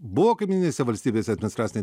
buvo kaimyninėse valstybėse administraciniai